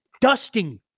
dusting